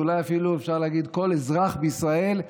אולי אפילו אפשר להגיד כל אזרח בישראל,